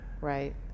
right